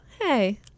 Hey